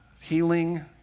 healing